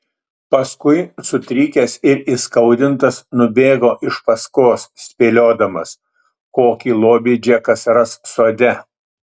paskui sutrikęs ir įskaudintas nubėgo iš paskos spėliodamas kokį lobį džekas ras sode